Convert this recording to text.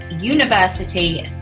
university